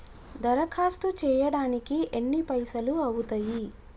దరఖాస్తు చేయడానికి ఎన్ని పైసలు అవుతయీ?